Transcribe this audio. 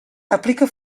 aplica